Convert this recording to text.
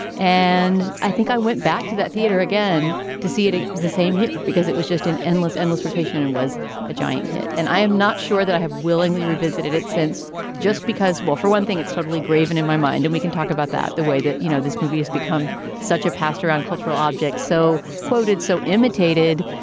and i think i went back to that theater again to see it. the same year, because it was just an endless, endless rotation and was a giant hit. and i am not sure that i have willingly revisited it since just because well, for one thing, it's totally graven in my mind. and we can talk about that the way that, you know, this movie has become such a pastor on cultural objects, so quoted, so imitated,